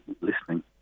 listening